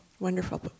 wonderful